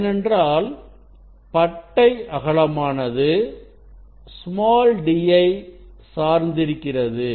ஏனென்றால் பட்டை அகலமானது d சார்ந்திருக்கிறது